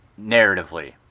narratively